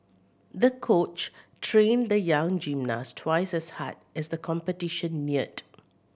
the coach trained the young gymnast twice as hard as the competition neared